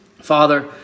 Father